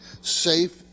safe